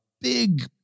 big